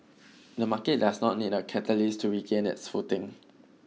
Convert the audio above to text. the market does not need a catalyst to regain its footing